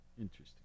Interesting